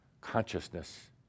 consciousness